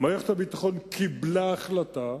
מערכת הביטחון קיבלה החלטה,